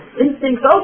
instincts